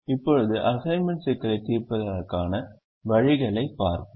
இப்போது அசைன்மென்ட் சிக்கலைத் தீர்ப்பதற்கான வழிகளைப் பார்ப்போம்